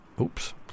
Oops